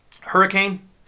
Hurricane